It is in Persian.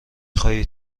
خواهی